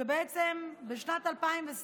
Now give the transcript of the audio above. ובעצם, בשנת 2021